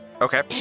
Okay